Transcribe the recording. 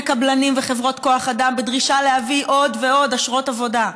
קבלנים וחברות כוח אדם בדרישה להביא עוד ועוד אשרות עבודה.